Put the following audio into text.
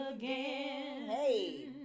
Hey